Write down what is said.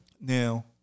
Now